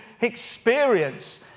experience